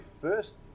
first